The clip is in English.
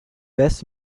best